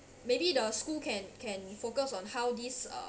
maybe the school can can focus on how this uh